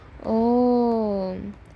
oh